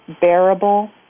bearable